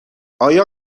آیا